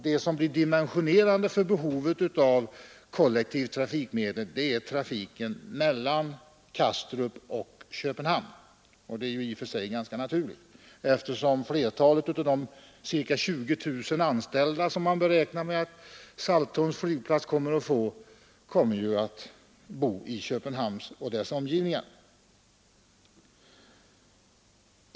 Det som blir dimensionerande för ett kollektivt trafikmedel är trafiken mellan Saltholm och Köpenhamn, vilket i och för sig är ganska naturligt, eftersom flertalet av de ca 20 000 anställda som man kan räkna med vid Saltholms flygplats kommer att bo i Köpenhamn och dess omgivningar.